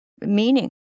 meaning